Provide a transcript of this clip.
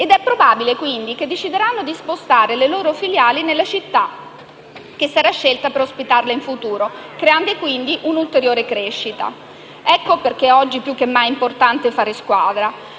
probabile che decideranno di spostare le loro filiali nella città che sarà scelta per ospitarla in futuro, creando un'ulteriore crescita. Per questo è oggi più che mai importante fare squadra.